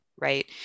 right